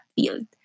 field